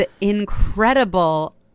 incredible